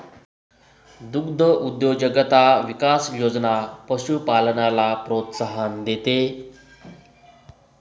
दुग्धउद्योजकता विकास योजना पशुपालनाला प्रोत्साहन देते